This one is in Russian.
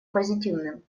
позитивным